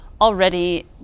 already